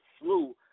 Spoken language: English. slew